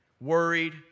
worried